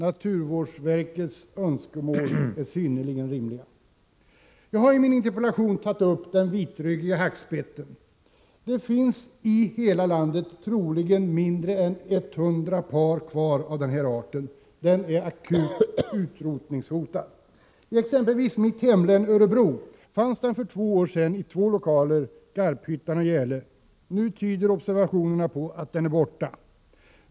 Naturvårdsverkets önskemål är synnerligen rimliga. Jag har i min interpellation tagit upp den vitryggiga hackspetten. Det finns i hela landet troligen mindre än 100 par kvar av den arten. Den är akut utrotningshotad. I exempelvis mitt hemlän, Örebro, fanns den för två år sedan i två lokaler, Garphyttan och Järle. Nu tyder observationerna på att den är borta.